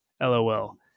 lol